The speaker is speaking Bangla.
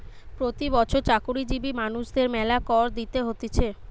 প্রতি বছর চাকরিজীবী মানুষদের মেলা কর দিতে হতিছে